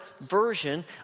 version